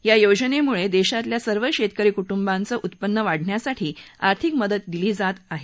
या योजनेमुळे देशभरातल्या सर्व शेतकरी कुटुंबांचं उत्पन्न वाढण्यासाठी आर्थिक मदत दिली जात आहे